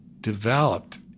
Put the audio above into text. developed